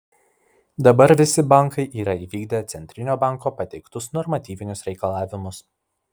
dabar visi bankai yra įvykdę centrinio banko pateiktus normatyvinius reikalavimus